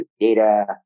data